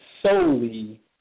solely